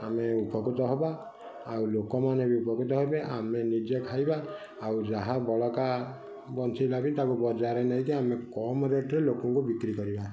ଆମେ ଉପକୃତ ହେବା ଆଉ ଲୋକମାନେ ବି ଉପକୃତ ହେବେ ଆମେ ନିଜେ ଖାଇବା ଆଉ ଯାହା ବଳକା ବଞ୍ଚିଲା ବି ତାକୁ ବଜାରରେ ନେଇକି ଆମେ କମ୍ ରେଟ୍ରେ ଲୋକଙ୍କୁ ବିକ୍ରି କରିବା